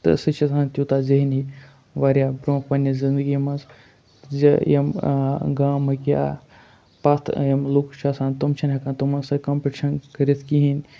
تہٕ سُہ چھِ آسان تیوٗتاہ ذہنی واریاہ بروںٛہہ پنٛنہِ زندگی منٛز زِ یِم گامٕکۍ یا پَتھ یِم لُکھ چھِ آسان تِم چھِنہٕ ہٮ۪کان تِمَن سۭتۍ کَمپِٹِشَن کٔرِتھ کِہیٖنۍ